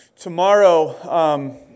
Tomorrow